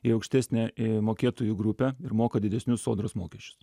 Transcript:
į aukštesnę mokėtojų grupę ir moka didesnius sodros mokesčius